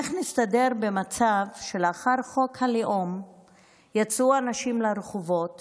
איך נסתדר במצב שלאחר חוק הלאום יצאו אנשים לרחובות